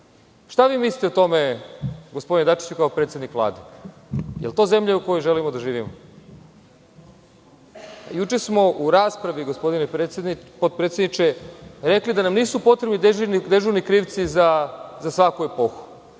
Šta vi mislite o tome, gospodine Dačiću, kao predsednik Vlade? Da li je to zemlja u kojoj želimo da živimo? Juče smo u raspravi, gospodine potpredsedniče, rekli da nam nisu potrebni dežurni krivci za svaku epohu,